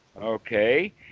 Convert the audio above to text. Okay